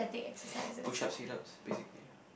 push up sit ups basically